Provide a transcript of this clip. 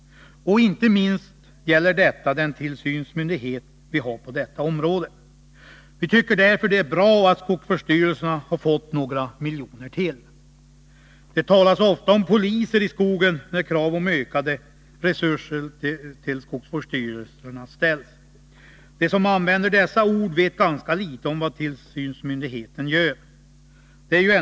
Inte minst gäller detta den tillsynsmyndighet vi har på detta område. Vi tycker därför att det är bra att skogsvårdsstyrelserna har fått några miljoner till. Det talas ofta om poliser i skogen, när krav ställs om ökade resurser till skogsvårdsstyrelserna. De som använder dessa ord vet ganska litet om vad tillsynsmyndigheten gör.